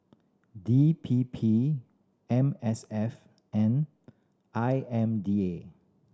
D P P M S F and I M D A